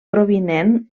provinent